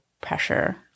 pressure